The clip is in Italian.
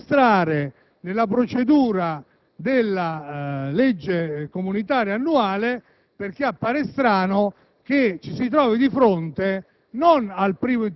da registrare nella procedura della legge comunitaria annuale, perché appare strano che ci si trovi di fronte